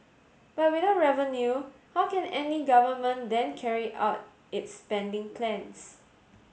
but without revenue how can any government then carry out its spending plans